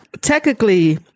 Technically